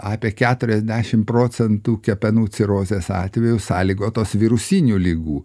apie keturiasdešimt procentų kepenų cirozės atvejų sąlygotos virusinių ligų